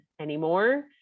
anymore